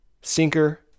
sinker